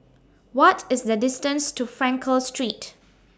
What IS The distance to Frankel Street